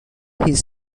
his